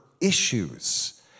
issues